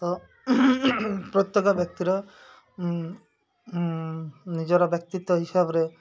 ତ ପ୍ରତ୍ୟେକ ବ୍ୟକ୍ତିର ନିଜର ବ୍ୟକ୍ତିତ୍ୱ ହିସାବରେ